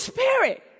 Spirit